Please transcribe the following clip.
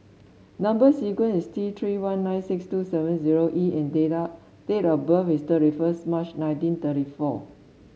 number sequence is T Three one nine six two seven zero E and date date of birth is thirty one March nineteen thirty four